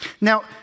Now